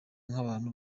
nk’abantu